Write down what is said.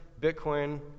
Bitcoin